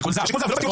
זה שיקול זר.